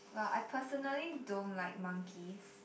well I personally don't like monkeys